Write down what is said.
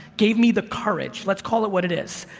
gave me the courage, let's call it what it is,